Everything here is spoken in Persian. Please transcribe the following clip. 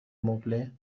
مبله